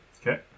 Okay